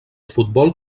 futbol